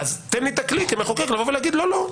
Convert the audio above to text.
תן לי את הכלי כמחוקק לבוא ולהגיד לו: לא,